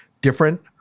different